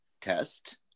test